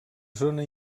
zona